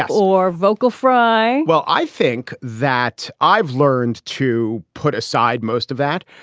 or vocal fry well i think that i've learned to put aside most of that,